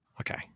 Okay